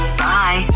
bye